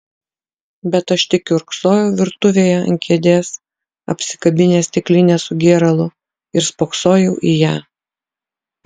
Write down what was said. bet aš tik kiurksojau virtuvėje ant kėdės apsikabinęs stiklinę su gėralu ir spoksojau į ją